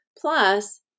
Plus